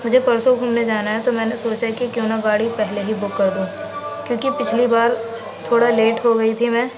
مجھے پرسوں گھومنے جانا ہے تو میں نے سوچا کہ کیوں نہ گاڑی پہلے ہی بک کر دوں کیونکہ پچھلی بار تھوڑا لیٹ ہو گئی تھی میں